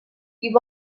you